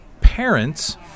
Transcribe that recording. parents